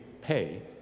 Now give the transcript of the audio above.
pay